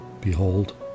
Behold